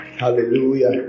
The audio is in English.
Hallelujah